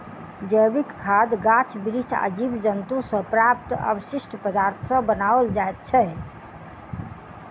जैविक खाद गाछ बिरिछ आ जीव जन्तु सॅ प्राप्त अवशिष्ट पदार्थ सॅ बनाओल जाइत छै